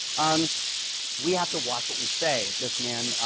um we have to watch what we say. this man,